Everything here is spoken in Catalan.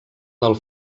del